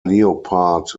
leopard